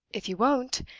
if you won't,